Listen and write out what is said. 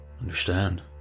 Understand